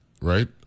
right